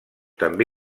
també